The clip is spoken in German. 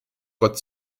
gott